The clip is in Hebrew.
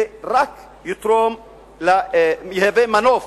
זה רק יתרום ויהווה מנוף